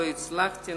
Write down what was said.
לא הצלחתי.